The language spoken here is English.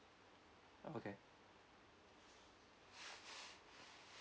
okay